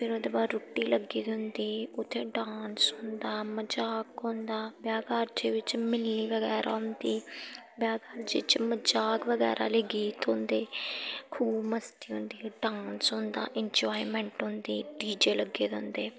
फिर ओह्दे बाद रुट्टी लग्गी दी होंदी उत्थै डांस होंदा मजाक होंदा ब्याह् कारजै बिच्च मिलनी बगैरा होंदी ब्याह् कारजै च मजाक बगैरा आह्ले गीत होंदे खूब मस्ती होंदी ऐ डांस होंदा इन्जाएमैंट होंदी डी जे लग्गे दे होंदे